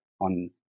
on